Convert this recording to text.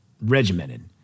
regimented